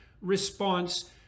response